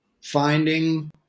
finding